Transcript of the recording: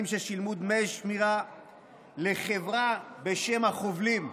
ששילמו דמי שמירה לחברה בשם "החובלים".